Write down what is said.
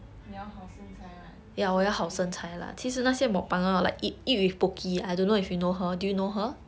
你要好身材 right so 不可以